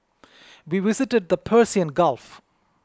we visited the Persian and Gulf